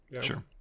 Sure